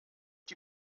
die